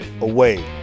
away